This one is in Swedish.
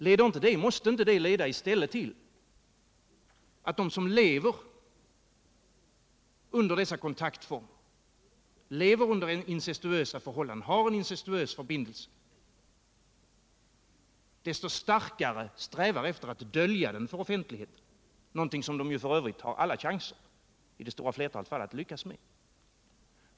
Måste inte detta i stället leda till att de som lever under dessa kontaktformer, som lever under incestuösa förhållanden och som har en incestuös förbindelse desto starkare strävar efter att dölja detta för offentligheten, någonting som de f. ö. i det stora flertalet fall har alla chanser att lyckas med?